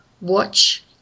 watch